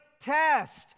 test